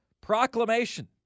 proclamation